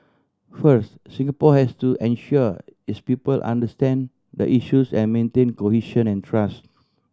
first Singapore has to ensure its people understand the issues and maintain cohesion and trust